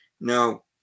Now